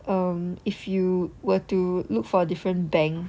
um if you were to look for a different bank